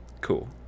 Cool